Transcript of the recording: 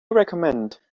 recommend